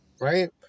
right